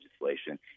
legislation